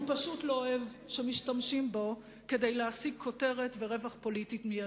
הוא פשוט לא אוהב שמשתמשים בו כדי להשיג כותרת ורווח פוליטי מיידי.